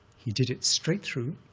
he did it straight through,